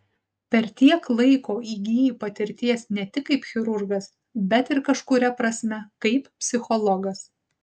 per tiek laiko įgyji patirties ne tik kaip chirurgas bet ir kažkuria prasme kaip psichologas